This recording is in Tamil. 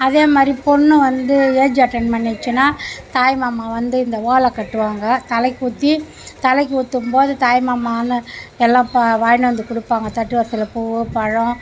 அதே மாதிரி பொண்ணு வந்து ஏஜ் அட்டன் பண்ணிடுச்சுனா தாய்மாமா வந்து இந்த ஓலைக்கட்டுவாங்க தலைக்கு ஊற்றி தலைக்கு ஊற்றும்போது தாய்மாமான்னு எல்லாம் பா வாங்கிட்டு வந்து கொடுப்பாங்க தட்டுவரிசையில் பூ பழம்